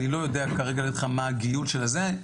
אני לא יודע כרגע להגיד לך מה הגילוי של זה.